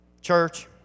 church